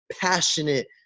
passionate